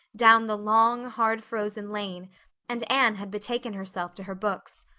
down the long, hard-frozen lane and anne had betaken herself to her books.